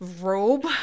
Robe